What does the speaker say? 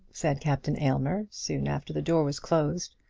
said captain aylmer, soon after the door was closed.